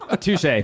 Touche